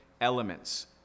elements